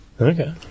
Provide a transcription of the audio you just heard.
Okay